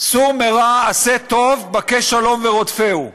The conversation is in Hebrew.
"סור מרע ועשה טוב בקש שלום ורדפהו"?